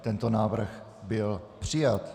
Tento návrh byl přijat.